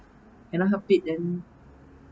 cannot help it then